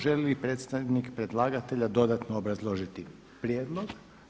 Želi li predstavnik predlagatelja dodatno obrazložiti prijedlog?